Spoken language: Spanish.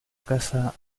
casa